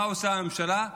מה עושה הממשלה?